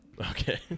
Okay